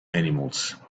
animals